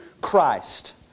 Christ